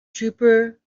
trooper